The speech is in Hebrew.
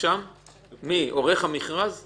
עורך המכרז מבקש?